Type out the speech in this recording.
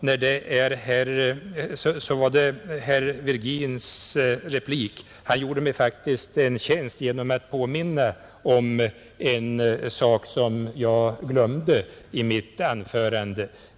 Herr Virgin gjorde mig faktiskt en tjänst genom att påminna om en sak som jag glömde i mitt anförande.